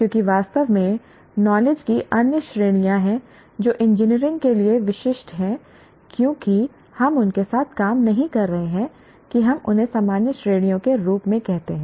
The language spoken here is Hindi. क्योंकि वास्तव में नॉलेज की अन्य श्रेणियां हैं जो इंजीनियरिंग के लिए विशिष्ट हैं क्योंकि हम उनके साथ काम नहीं कर रहे हैं कि हम उन्हें सामान्य श्रेणियों के रूप में कहते हैं